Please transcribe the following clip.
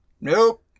Nope